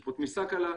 יש בו תמיסה קלה,